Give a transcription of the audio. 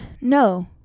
No